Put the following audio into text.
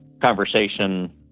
conversation